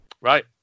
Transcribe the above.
Right